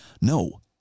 No